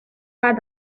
pas